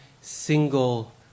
single